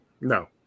no